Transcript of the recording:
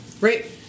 Right